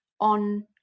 on